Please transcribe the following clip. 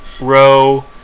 row